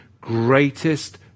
greatest